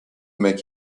make